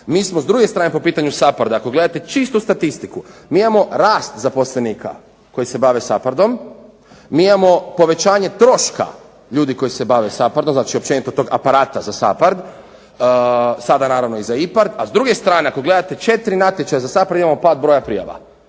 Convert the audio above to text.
Mi smo s druge strane po pitanju SAPARD-a ako gledate čistu statistiku mi imamo rast zaposlenika koji se bave SAPARD-om mi imamo povećanje troška ljudi koji se bave SAPHARD-om, znači općenito tog aparata za SAPHARD, sada naravno i za IPARD, a s druge strane ako gledate četiri natječaja, za SAPHARD imamo pad broja prijava.